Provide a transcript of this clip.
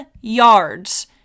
yards